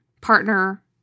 partner